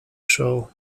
show